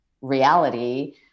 reality